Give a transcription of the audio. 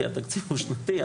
כי התקציב הוא שנתי,